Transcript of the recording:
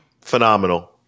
Phenomenal